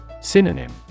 Synonym